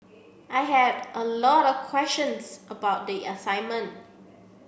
I had a lot of questions about the assignment